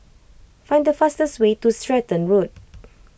find the fastest way to Stratton Road